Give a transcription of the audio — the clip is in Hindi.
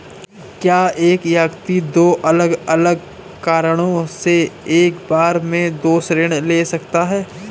क्या एक व्यक्ति दो अलग अलग कारणों से एक बार में दो ऋण ले सकता है?